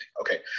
Okay